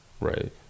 Right